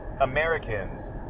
Americans